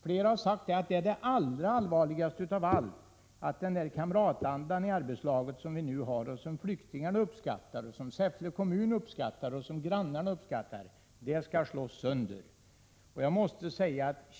Flera personer har sagt att det allvarligaste av allt är att den kamratanda i arbetslaget som vi nu har, som flyktingar uppskattar och som Säffle kommun uppskattar och grannarna uppskattar, skall slås sönder.